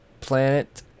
planet